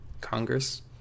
Congress